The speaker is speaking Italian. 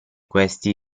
questi